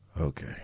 Okay